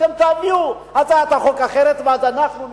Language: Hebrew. תביאו הצעת חוק אחרת ואז אנחנו נתמוך.